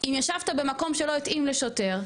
אם ישבת במקום שלא התאים לשוטר,